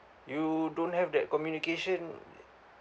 you don't have that communication